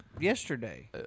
Yesterday